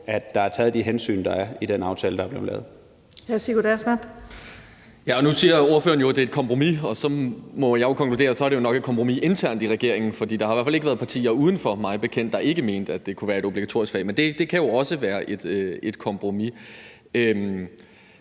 at der er taget de hensyn, der er, i den aftale, der er blevet lavet. Kl. 16:31 Den fg. formand (Birgitte Vind): Hr. Sigurd Agersnap. Kl. 16:31 Sigurd Agersnap (SF): Nu siger ordføreren jo, at det er et kompromis, og så må jeg jo konkludere, at det nok er et kompromis internt i regeringen, for der har i hvert fald ikke været partier uden for, mig bekendt, der ikke mente, at det kunne være et obligatorisk fag, men det kan jo også være et kompromis.